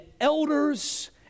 elders